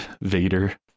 Vader